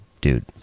dude